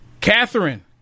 Catherine